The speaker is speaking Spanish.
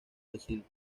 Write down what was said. vecinos